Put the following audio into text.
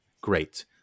Great